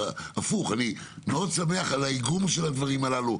הפוך, אני מאוד שמח על האיגום של הדברים הללו.